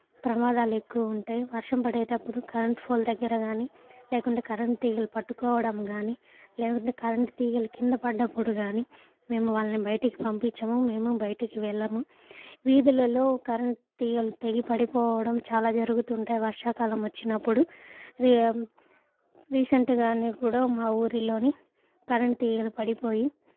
ప్రమాదాలు ఎక్కువ ఉంటాయి వర్షం పడేటప్పుడు కరెంట్ ఫోల్ దగ్గర కానీ లేకుండా కరెంట్ తీగలు పట్టుకోవడం కానీ లేకుండా కరెంటు తీగలు కింద పడ్డప్పుడు కానీ మేము వాళ్ళని బయటికి పంపించము మేము బయటకి వెళ్లము వీధులలో కరెంట్ తీగలు తెగి పడిపోవడం చాలా జరుగుతుంటాయి వర్షాకాలం వచ్చినప్పుడు రీ రీసెంట్గానే కూడా మా ఊరిలోని కరెంటు తీగలు పడిపోయి